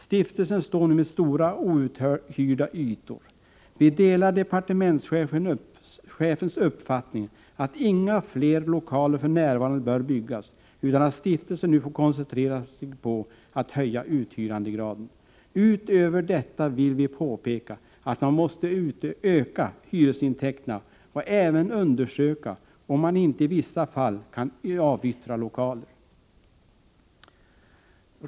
Stiftelsen står nu med stora outhyrda ytor. Vi delar departementschefens uppfattning att inga fler lokaler för närvarande bör byggas utan att stiftelsen nu får koncentrera sig på att höja uthyrandegraden. Utöver detta vill vi påpeka att man måste öka hyresintäkterna och även undersöka om man inte i vissa fall kan avyttra lokaler.